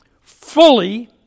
fully